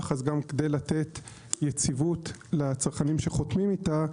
אז גם כדי לתת יציבות לצרכנים שחותמים איתה,